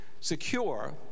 secure